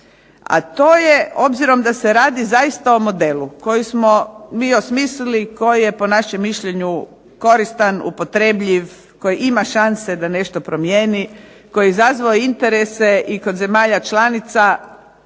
a to je obzirom da se radi zaista o modelu koji smo mi osmislili i koji je po našem mišljenju koristan, upotrebljiv, koji ima šanse da nešto promijeni, koji je izazvao interese i kod zemalja članica